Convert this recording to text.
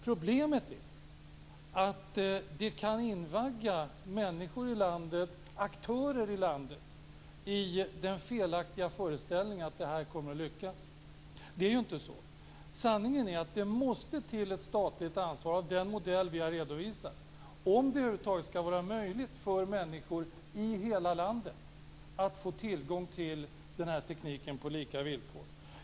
Problemet är dock att det kan invagga aktörer i landet i den felaktiga föreställningen att det här kommer att lyckas men det är ju inte så. Sanningen är att det måste till ett statligt ansvar enligt den modell som vi har redovisat för att det över huvud taget ska vara möjligt för människor i hela landet att få tillgång till den här tekniken på lika villkor.